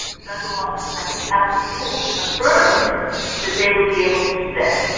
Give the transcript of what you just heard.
central office and i think at the schools confirmed that they would be able to stay.